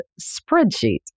spreadsheet